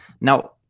Now